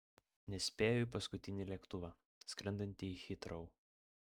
nespėjo į paskutinį lėktuvą skrendantį į hitrou